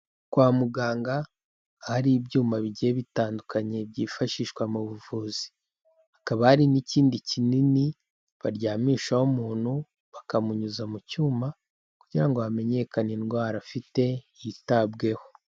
Kwa muganga ahari ibyuma bigiye bitandukanye byifashishwa mu buvuzi, hakaba hari n'ikindi kinini baryamishaho umuntu, bakamunyuza mu cyuma, kugira ngo hamenyekane indwara afite yitabweho.